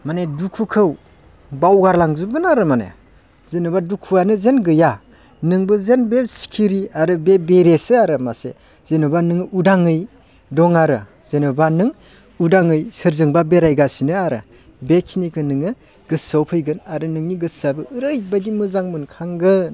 माने दुखुखौ बावगार लांजोबगोन आरो माने जेनेबा दुखुवानो जेन गैया नोंबो जेन बे सिखिरि आरो बे बेरेसो आरो मासे जेनेबा नोङो उदाङै दं आरो जेनेबा नों उदाङै सोरजोंबा बेरायगासिनो आरो बेखिनिखो नोङो गोसोआव फैगोन आरो नोंनि गोसोआबो ओरैबायदि मोजां मोनखांगोन